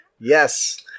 Yes